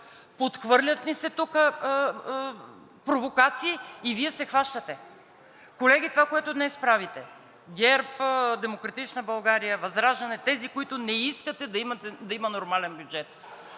подхвърлят провокации и Вие се хващате. Колеги, това, което днес правите – ГЕРБ, „Демократична България“, ВЪЗРАЖДАНЕ, тези, които не искате да има нормален бюджет,